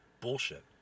bullshit